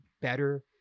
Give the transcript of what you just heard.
better